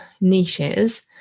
niches